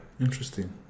interesting